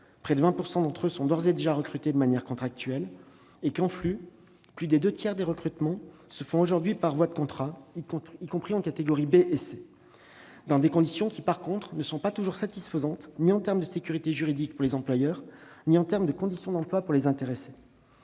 millions d'agents publics sont d'ores et déjà recrutés de manière contractuelle et, en flux, plus des deux tiers des recrutements se font aujourd'hui par voie de contrat, y compris dans les catégories B et C, dans des conditions qui ne sont d'ailleurs pas toujours satisfaisantes, ni en termes de sécurité juridique pour les employeurs ni en termes de conditions d'emplois pour les intéressés.